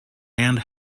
and